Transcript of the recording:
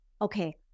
okay